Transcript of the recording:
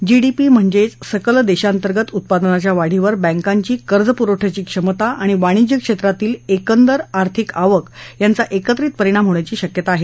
GDP म्हणजेच सकल देशांतगत उत्पादनाच्या वाढीवर बँकांची कर्जपुरवठयाची क्षमता आणि वाणिज्य क्षेत्रातली एकंदर आर्थिक आवक यांचा एकत्रित परिणाम होण्याची शक्यता आहे